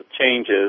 changes